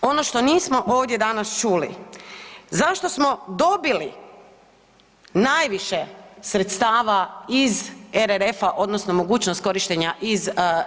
Nadalje, ono što nismo ovdje danas čuli, zašto smo dobili najviše sredstava iz RRF-a odnosno mogućnost korištenja iz